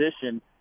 position